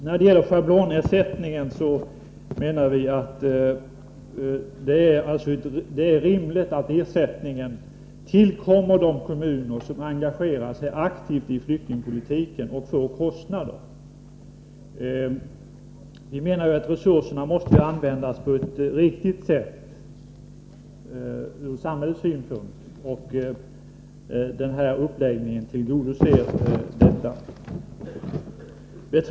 När det gäller schablonersättningen menar vi att det är rimligt att ersättningen tillkommer de kommuner som engagerar sig aktivt i flyktingpolitiken och som därmed får kostnader. Vi menar att resurserna måste användas på ett riktigt sätt ur samhällets synpunkt. Den här uppläggningen tillgodoser det kravet.